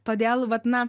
todėl vat na